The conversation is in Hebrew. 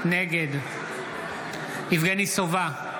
נגד יבגני סובה,